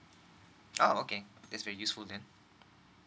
oh okay that's very useful then